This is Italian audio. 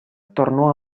tornò